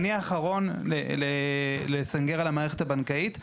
אני האחרון לסנגר על המערכת הבנקאית.